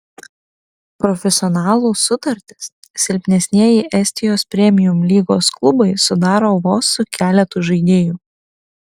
profesionalų sutartis silpnesnieji estijos premium lygos klubai sudaro vos su keletu žaidėjų